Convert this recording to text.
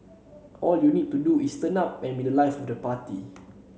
all you need to do is turn up and be the life of the party